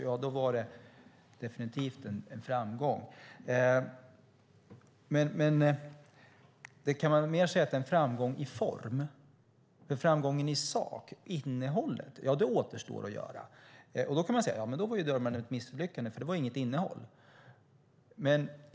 Man kan säga att det är en framgång i form. Framgången i sak, innehållet, återstår att skapa. Då kan man alltid säga att Durban var ett misslyckande eftersom det inte fanns något innehåll.